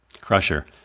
Crusher